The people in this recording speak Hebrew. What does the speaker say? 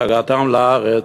את הגעתם לארץ,